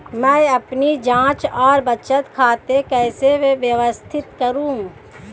मैं अपनी जांच और बचत खाते कैसे व्यवस्थित करूँ?